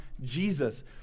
Jesus